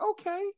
okay